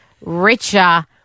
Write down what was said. richer